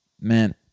Man